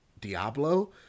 Diablo